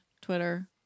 twitter